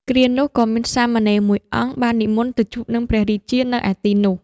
គ្រានោះ ក៏មានសាមណេរមួយអង្គ បាននិមន្តទៅជួបនឹងព្រះរាជានៅឯទីនោះ ។